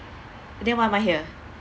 then why am I here